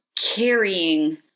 carrying